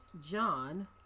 John